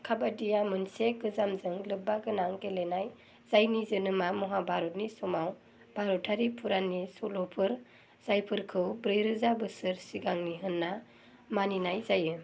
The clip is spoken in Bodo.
कबाड्डीआ मोनसे गोजामजों लोब्बागोनां गेलेनाय जायनि जोनोमा महाभारतनि समाव भारतारि पुराननि सल'फोर जायफोरखौ ब्रैरोजा बोसोर सिगांनि होनना मानिनाय जायो